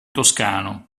toscano